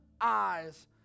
eyes